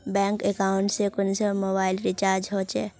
Bank account से कुंसम mobile recharge होचे?